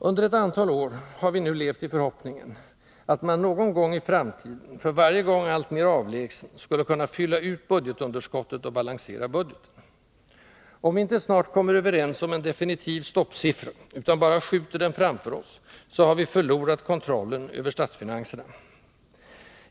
Under ett antal år har vi nu levt i förhoppningen att man någon gång i framtiden — för varje gång alltmer avlägsen — skulle kunna fylla ut budgetunderskottet och balansera budgeten. Om vi inte snart kommer överens om en definitiv stoppsiffra utan bara skjuter den framför oss, har vi förlorat kontrollen över statsfinanserna.